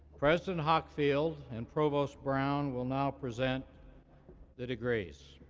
president hockfield and provost brown will now present the degrees.